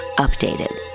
Updated